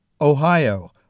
Ohio